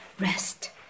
rest